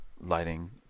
lighting